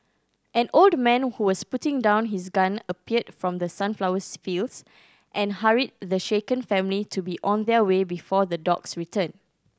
an old man who was putting down his gun appeared from the sunflowers fields and hurried the shaken family to be on their way before the dogs return